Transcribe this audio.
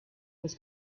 was